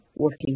Working